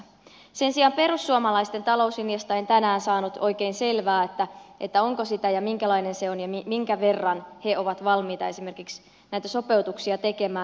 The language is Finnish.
sen sijaan perussuomalaisten talouslinjasta en tänään saanut oikein selvää onko sitä ja minkälainen se on ja minkä verran he ovat valmiita esimerkiksi näitä sopeutuksia tekemään